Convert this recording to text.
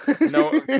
No